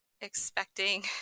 expecting